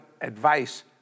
Advice